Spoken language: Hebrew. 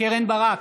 קרן ברק,